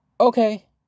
Okay